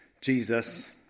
Jesus